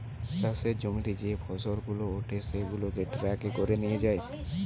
চাষের জমিতে যে ফসল গুলা উঠে সেগুলাকে ট্রাকে করে নিয়ে যায়